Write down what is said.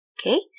Okay